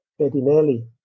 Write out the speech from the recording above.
Bedinelli